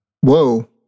Whoa